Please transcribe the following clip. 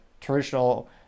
traditional